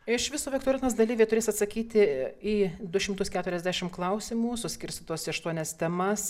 iš viso viktorinos dalyviai turės atsakyti į du šimtus keturiasdešim klausimų suskirstytos į aštuonias temas